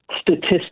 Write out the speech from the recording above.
statistics